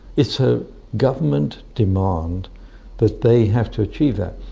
it's a government demand that they have to achieve that.